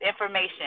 information